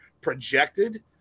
projected